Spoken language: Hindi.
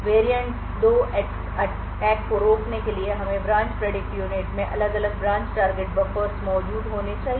वैरिएंट 2 अटैक को रोकने के लिए हमें ब्रांच प्रेडिक्ट यूनिट में अलग अलग ब्रांच टारगेट बफर्स मौजूद होने चाहिए